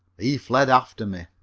he fled after me.